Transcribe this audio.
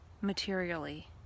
materially